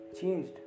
changed